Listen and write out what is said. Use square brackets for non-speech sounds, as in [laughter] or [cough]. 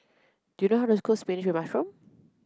do you know how to [unintelligible] cook spinach mushroom